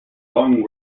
long